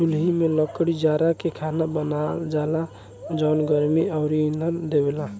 चुल्हि में लकड़ी जारा के खाना बनावल जाला जवन गर्मी अउरी इंधन देवेला